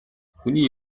хүний